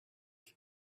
can